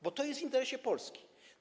Bo to jest w interesie Polski.